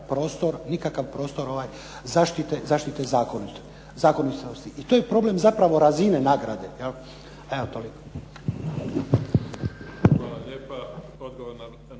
zemlje nikakav prostor zaštite zakonitosti. I to je problem zapravo razine nagrade, 'jel. Evo toliko.